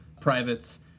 privates